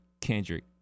Kendrick